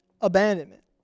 abandonment